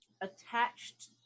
attached